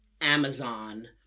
Amazon